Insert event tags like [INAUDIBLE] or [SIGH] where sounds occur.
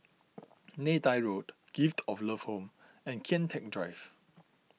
[NOISE] Neythai Road Gift of Love Home and Kian Teck Drive